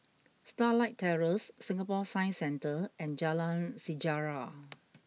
Starlight Terrace Singapore Science Centre and Jalan Sejarah